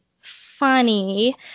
funny